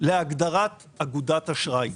להגדרת אגודת אשראי.